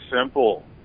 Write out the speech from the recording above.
simple